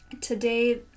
Today-